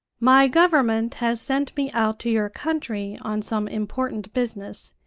my government has sent me out to your country on some important business,